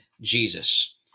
Jesus